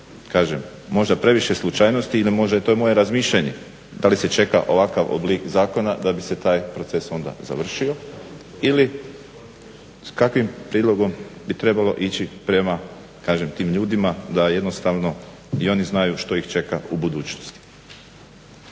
kažem možda previše slučajnosti ili možda, to je moje razmišljanje, da li se čeka ovakav oblik zakona da bi se taj proces onda završio ili s kakvim prijedlogom bi trebalo ići prema kažem tim ljudima da jednostavno i oni znaju što ih čeka u budućnosti.